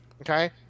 Okay